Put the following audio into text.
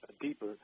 deeper